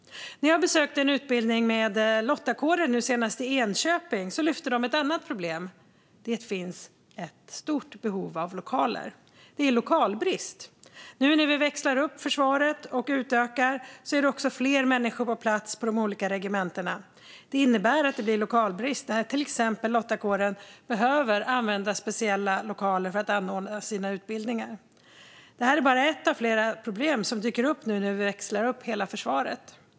När jag senast besökte en utbildning inom lottakåren i Enköping lyfte de upp ett annat problem: att det finns ett stort behov av lokaler. Det är lokalbrist. Nu när vi växlar upp och utökar försvaret är det också fler människor på plats vid de olika regementena. Det innebär att det blir lokalbrist när till exempel lottakåren behöver speciella lokaler för att anordna sina utbildningar. Det här är bara ett av flera problem som dyker upp nu när vi växlar upp hela försvaret.